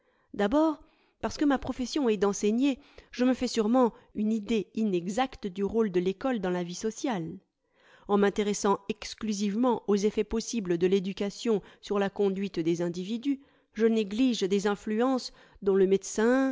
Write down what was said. d'abord parce que ma profession est d'enseigner je me fais sûrement une idée inexacte du rôle de l'ecole dans la vie sociale en m'intéressant exclusivement aux effets possibles de l'éducation sur la conduite des individus je néglige des influences dont le médecin